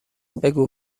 بگو